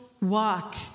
walk